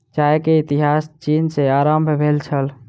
चाय के इतिहास चीन सॅ आरम्भ भेल छल